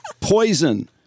Poison